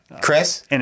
Chris